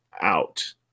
out